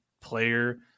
player